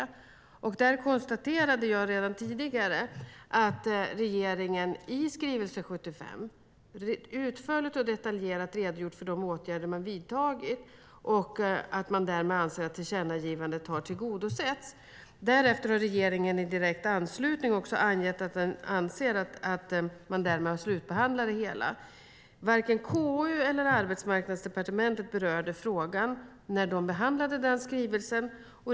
Som jag konstaterade tidigare redogjorde regeringen i skrivelse 75 utförligt och detaljerat för de åtgärder man vidtagit. Därmed ansåg man att tillkännagivandet hade tillgodosetts. Därefter har regeringen i direkt anslutning till detta angett att man anser att man därmed har slutbehandlat det hela. Varken KU eller Arbetsmarknadsdepartementet berörde frågan när de behandlade skrivelsen.